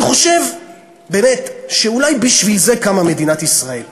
אני חושב שאולי בשביל זה קמה מדינת ישראל.